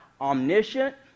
omniscient